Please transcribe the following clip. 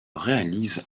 réalise